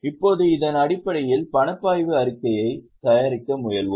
இப்போது இதன் அடிப்படையில் பணப்பாய்வு அறிக்கையைத் தயாரிக்க முயல்வோம்